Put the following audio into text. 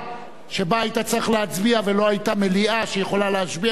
שבה היית צריך להצביע ולא היתה מליאה שיכולה להשביע אותך,